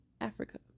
Africa